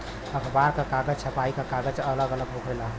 अखबार क कागज, छपाई क कागज अलग अलग होवेला